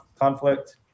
conflict